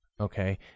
okay